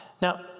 Now